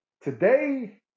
Today